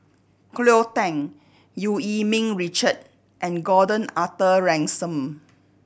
Cleo Thang Eu Yee Ming Richard and Gordon Arthur Ransome